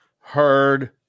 heard